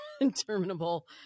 interminable